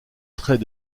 traits